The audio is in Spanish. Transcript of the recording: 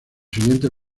siguientes